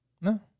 No